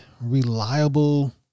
reliable